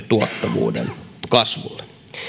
tuottavuuden kasvulle